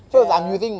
ya